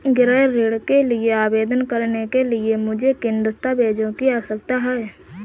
गृह ऋण के लिए आवेदन करने के लिए मुझे किन दस्तावेज़ों की आवश्यकता है?